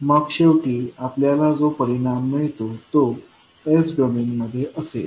मग शेवटी आपल्याला जो परिणाम मिळेल तो s डोमेनमध्ये असेल